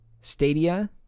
Stadia